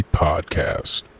podcast